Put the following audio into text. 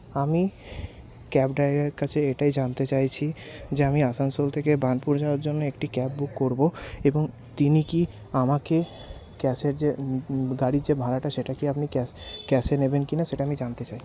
আমি ক্যাব ড্রাইভারের কাছে এইটাই জানতে চাইছি যে আমি আসানসোল থেকে বার্নপুর যাওয়ার জন্য একটি ক্যাব বুক করবো এবং তিনি কি আমাকে ক্যাশের যে গাড়ির যে ভাড়াটা সেটা কি আপনি ক্যাশে নেবেন কি না সেটা আমি জানতে চাই